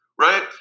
Right